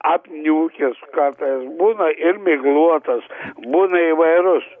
apniukęs kartais būna ir miglotas būna įvairus